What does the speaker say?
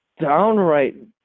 downright